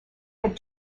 had